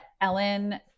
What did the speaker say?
Ellen